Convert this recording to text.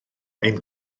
ein